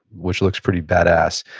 which looks pretty badass.